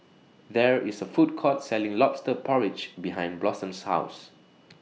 There IS A Food Court Selling Lobster Porridge behind Blossom's House